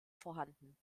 vorhanden